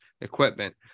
equipment